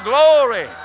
Glory